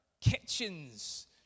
kitchens